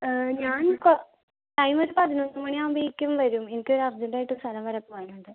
ഞാൻ ടൈമൊരു പതിനൊന്ന് മണി ആവുമ്പഴെക്കും വരും എനിക്ക് അർജൻറ്റായിട്ടൊരു സ്ഥലം വരെ പോവാനുണ്ട്